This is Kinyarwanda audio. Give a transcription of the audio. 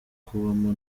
kubamo